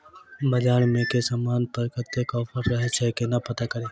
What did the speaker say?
बजार मे केँ समान पर कत्ते ऑफर रहय छै केना पत्ता कड़ी?